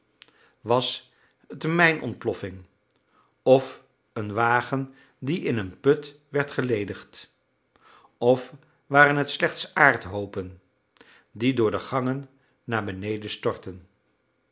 was het een mijnontploffing of een wagen die in een put werd geledigd of waren het slechts aardhoopen die door de gangen naar beneden stortten